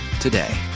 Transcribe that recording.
today